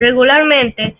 regularmente